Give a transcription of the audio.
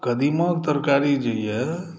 कदीमाक तरकारी जे यऽ